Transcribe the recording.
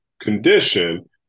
condition